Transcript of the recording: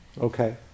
Okay